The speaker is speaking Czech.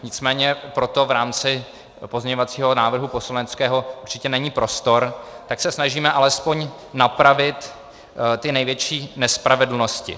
Nicméně pro to v rámci pozměňovacího návrhu poslaneckého určitě není prostor, tak se snažíme alespoň napravit ty největší nespravedlnosti.